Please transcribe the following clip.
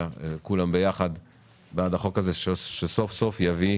כולם ביחד בעד החוק הזה שסוף סוף יביא